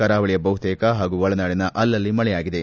ಕರಾವಳಿಯ ಬಹುತೇಕ ಹಾಗೂ ಒಳನಾಡಿನ ಅಲ್ಲಲ್ಲಿ ಮಳೆಯಾಗಿದೆ